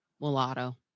mulatto